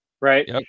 right